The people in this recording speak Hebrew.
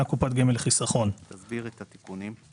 קופת גמל לחיסכון"; תסביר את התיקונים.